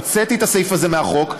הוצאתי את הסעיף הזה מהחוק.